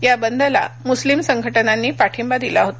या बंदला मुस्लिम संघटनांनी पाठिंबा दिला होता